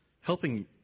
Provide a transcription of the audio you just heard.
Helping